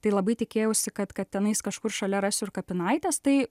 tai labai tikėjausi kad kad tenais kažkur šalia rasiu ir kapinaites tai